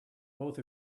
both